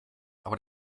aber